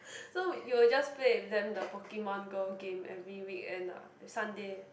so you'll just play with them the Pokemon-Go game every weekend ah Sunday